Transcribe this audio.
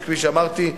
שכפי שאמרתי,